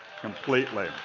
Completely